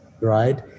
right